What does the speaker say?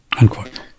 unquote